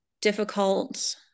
difficult